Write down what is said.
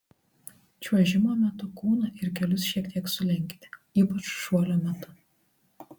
čiuožimo metu kūną ir kelius šiek tiek sulenkite ypač šuolio metu